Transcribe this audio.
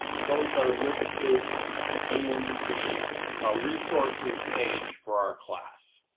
those are listed in the ah resources page for our class.